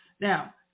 Now